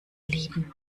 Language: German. lieben